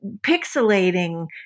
pixelating